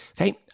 okay